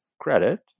credit